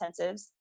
intensives